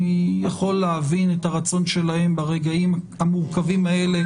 אני יכול להבין את הרצון שלהם ברגעים המורכבים האלה,